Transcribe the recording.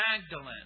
Magdalene